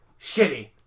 shitty